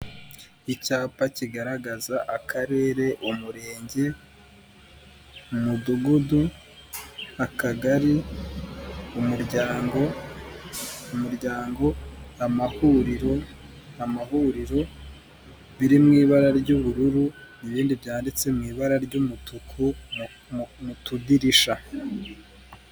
Icyapa kigaragaza akarere, umurenge, umudugudu, akagari, umuryango, umuryango, amahuriro, amahuriro; biri mw'ibara ry'ubururu ibindi byanditse mw'ibara ry'umutuku mu tudirisha.